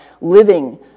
living